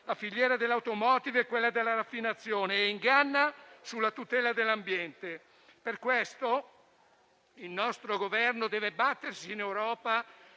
la filiera dell'*automotive* e quella della raffinazione e inganna sulla tutela dell'ambiente. Per questo, il nostro Governo deve battersi in Europa